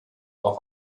auch